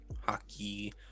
Hockey